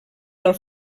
del